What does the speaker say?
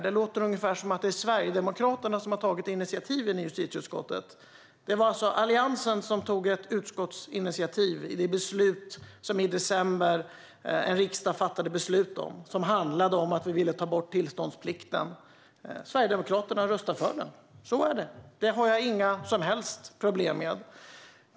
Det låter som att Sverigedemokraterna tog initiativet i justitieutskottet, men det var Alliansen som tog ett utskottsinitiativ till det tillkännagivande som riksdagen i december fattade beslut om och som handlade om att ta bort tillståndsplikten. Sverigedemokraterna röstade för det; så är det. Det har jag inga som helst problem med.